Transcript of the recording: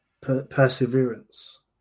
perseverance